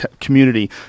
community